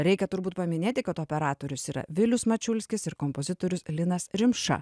reikia turbūt paminėti kad operatorius yra vilius mačiulskis ir kompozitorius linas rimša